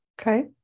Okay